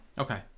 Okay